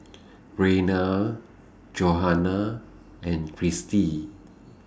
Rayna Johanna and Kirstie